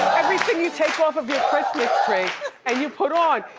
everything you take off of your christmas tree and you put on.